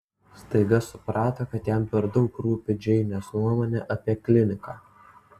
staiga suprato kad jam per daug rūpi džeinės nuomonė apie kliniką